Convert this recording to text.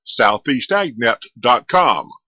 southeastagnet.com